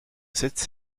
cette